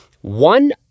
One